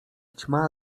ćma